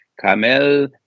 Kamel